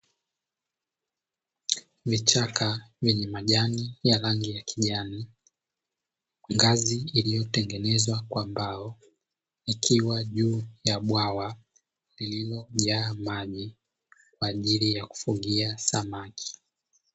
Vichaka vyenye majani ya rangi ya kijani, ngazi iliyotengenezwa kwa mbao ikiwa juu ya bwawa lililojaa maji kwa ajili ya kufugia samaki.